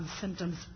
symptoms